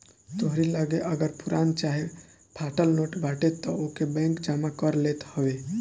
तोहरी लगे अगर पुरान चाहे फाटल नोट बाटे तअ ओके बैंक जमा कर लेत हवे